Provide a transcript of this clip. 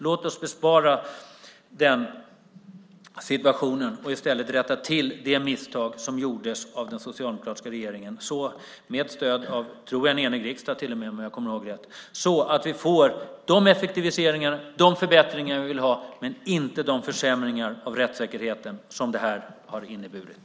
Låt oss bespara oss den situationen och i stället rätta till det misstag som gjordes av den socialdemokratiska regeringen med stöd av en enig riksdag, om jag kommer ihåg rätt, så att vi får de effektiviseringar och förbättringar vi vill ha men inte de försämringar av rättssäkerheten som det här har inneburit.